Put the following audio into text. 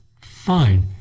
Fine